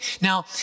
Now